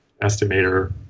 estimator